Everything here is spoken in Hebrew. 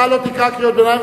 אתה לא תקרא קריאות ביניים,